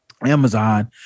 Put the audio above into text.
amazon